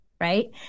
Right